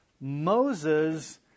Moses